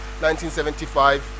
1975